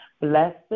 Blessed